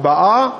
הבאה.